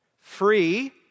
Free